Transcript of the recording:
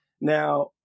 now